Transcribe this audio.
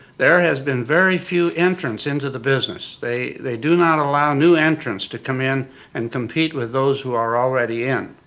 there has been very few entrants into the business. they they do not allow new entrants to come in and compete with those who are already in.